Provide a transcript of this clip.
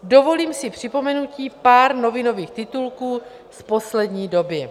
Dovolím si připomenutí pár novinových titulků z poslední doby.